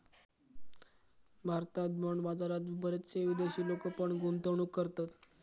भारतात बाँड बाजारात बरेचशे विदेशी लोक पण गुंतवणूक करतत